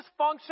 dysfunction